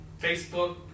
Facebook